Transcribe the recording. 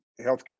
healthcare